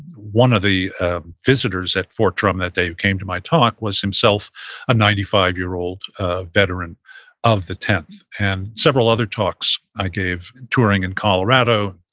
one of the visitors at fort drum that day who came to my talk was himself a ninety five year old veteran of the tenth. and several other talks i gave and touring in colorado,